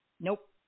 nope